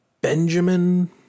Benjamin